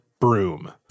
broom